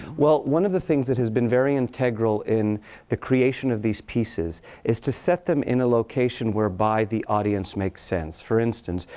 well, one of the things that has been very integral in the creation of these pieces is to set them in a location whereby the audience makes sense. for instance,